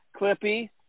clippy